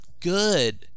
good